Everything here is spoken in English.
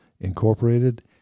Incorporated